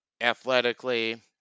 athletically